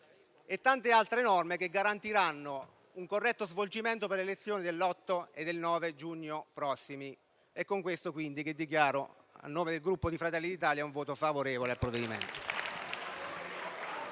e tante altre norme che garantiranno un corretto svolgimento per le elezioni dell'8 e del 9 giugno prossimi. È per questo, quindi, che dichiaro, a nome del Gruppo Fratelli d'Italia, il voto favorevole al provvedimento.